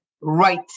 right